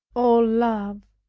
oh love,